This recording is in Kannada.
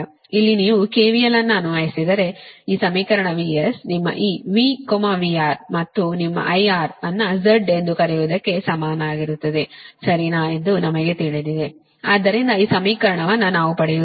ಇಲ್ಲಿ ನೀವು KVL ಅನ್ನು ಅನ್ವಯಿಸಿದರೆ ಆದ್ದರಿಂದ ಈ ಸಮೀಕರಣ VS ನಿಮ್ಮ ಈ V VR ಮತ್ತು ನಿಮ್ಮ IR ಅನ್ನು Z ಎಂದು ಕರೆಯುವುದಕ್ಕೆ ಸಮನಾಗಿರುತ್ತದೆ ಸರಿನಾ ಎಂದು ನಮಗೆ ತಿಳಿಯುತ್ತದೆ ಆದ್ದರಿಂದ ಈ ಸಮೀಕರಣವನ್ನು ನಾವು ಪಡೆಯುತ್ತೇವೆ